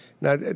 Now